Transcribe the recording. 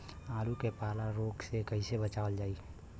आलू के पाला रोग से कईसे बचावल जाई?